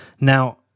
Now